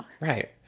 Right